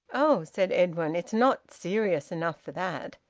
oh! said edwin. it's not serious enough for that.